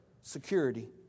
security